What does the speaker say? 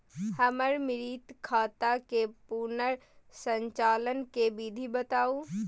हमर मृत खाता के पुनर संचालन के विधी बताउ?